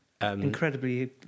incredibly